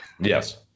yes